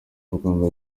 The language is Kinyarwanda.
rwanda